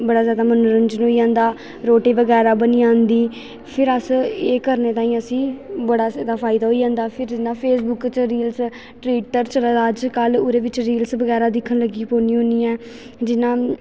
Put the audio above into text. बड़ा जैदा मनोरंजन होई जंदा रोटी बगैरा बनी जंदी फिर अस एह् करने ताईं असीं बड़ा जैदा फायदा होई जंदा फिर इ'यां फेसबुक च रील्स ट्वीटर चले दा अजकल्ल ओह्दे बिच्च रील्स बगैरा दिक्खन लगी पौन्नी होन्नी ऐं जियां